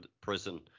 prison